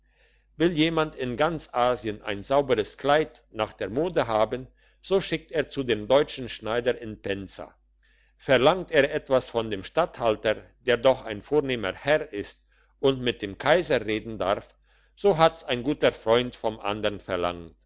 will jemand in ganz asien ein sauberes kleid nach der mode haben so schickt er zu dem deutschen schneider in pensa verlangt er etwas von dem statthalter der doch ein vornehmer herr ist und mit dem kaiser reden darf so hat's ein guter freund vom andern verlangt